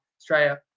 Australia